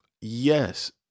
yes